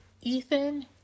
Ethan